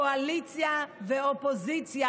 קואליציה ואופוזיציה,